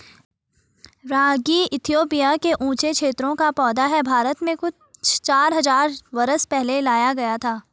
रागी Ethiopia के ऊँचे क्षेत्रों का पौधा है भारत में कुछ चार हज़ार बरस पहले लाया गया था